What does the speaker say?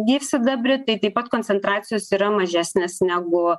gyvsidabrį tai taip pat koncentracijos yra mažesnės negu